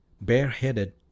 bareheaded